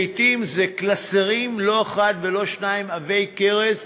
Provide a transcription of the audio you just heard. לעתים זה קלסרים, לא אחד ולא שניים, עבי כרס,